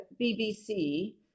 BBC